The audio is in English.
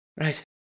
Right